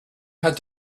had